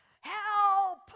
Help